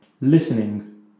listening